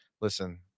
listen